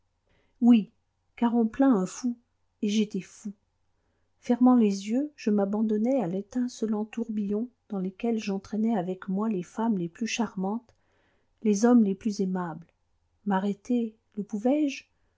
oui car on plaint un fou et j'étais fou fermant les yeux je m'abandonnais à l'étincelant tourbillon dans lequel j'entraînais avec moi les femmes les plus charmantes les hommes les plus aimables m'arrêter le pouvais-je